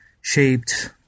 shaped